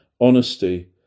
honesty